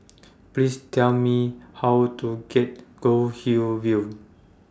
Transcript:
Please Tell Me How to get Goldhill View